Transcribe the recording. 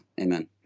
Amen